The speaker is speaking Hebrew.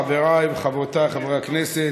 חבריי וחברותיי חברי הכנסת,